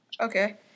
Okay